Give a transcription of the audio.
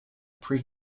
pre